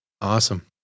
Awesome